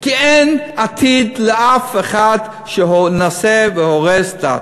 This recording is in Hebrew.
כי אין עתיד לאף אחד שמנסה והורס דת.